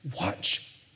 Watch